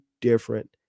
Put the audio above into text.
different